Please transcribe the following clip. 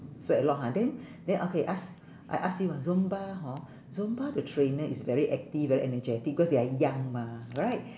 sweat a lot ha then then okay ask I ask you ah zumba hor zumba the trainer is very active very energetic cause they are young mah right